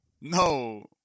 No